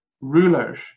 rulers